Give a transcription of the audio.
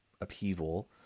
upheaval